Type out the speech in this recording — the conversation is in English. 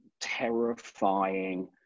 terrifying